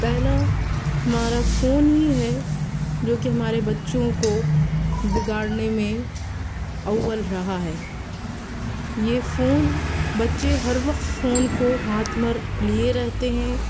پہلا ہمارا فون ہی ہے جوکہ ہمارے بچوں کو بگاڑنے میں اول رہا ہے یہ فون بچے ہر وقت فون کو ہاتھ مر لیے رہتے ہیں